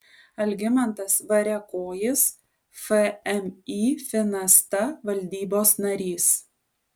algimantas variakojis fmį finasta valdybos narys